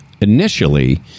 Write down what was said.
initially